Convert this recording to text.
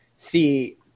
See